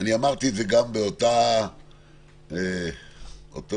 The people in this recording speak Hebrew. אני אמרתי את זה גם באותו סרטון,